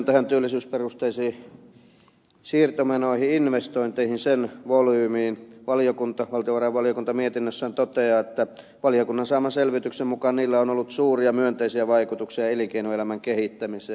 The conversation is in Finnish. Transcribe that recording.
liittyen työllisyysperusteisiin siirtomenoihin investointeihin niiden volyymiin valtiovarainvaliokunta mietinnössään toteaa että valiokunnan saaman selvityksen mukaan niillä on ollut suuria myönteisiä vaikutuksia elinkeinoelämän kehittämiseen